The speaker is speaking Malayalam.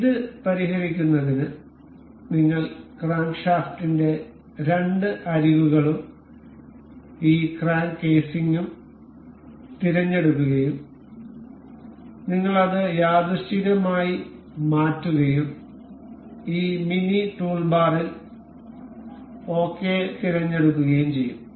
അതിനാൽ ഇത് പരിഹരിക്കുന്നതിന് നിങ്ങൾ ക്രാങ്ക്ഷാഫ്റ്റിന്റെ രണ്ട് അരികുകളും ഈ ക്രാങ്ക് കേസിംഗും തിരഞ്ഞെടുക്കുകയും നിങ്ങൾ അത് യാദൃശ്ചികമായി മാറ്റുകയും ഈ മിനി ടൂൾബാറിൽ ഓകെ തിരഞ്ഞെടുക്കുകയും ചെയ്യും